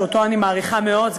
שאותו אני מעריכה מאוד,